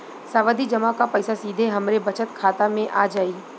सावधि जमा क पैसा सीधे हमरे बचत खाता मे आ जाई?